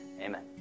Amen